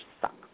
sucks